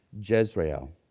Jezreel